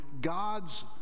God's